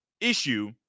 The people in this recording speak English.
issue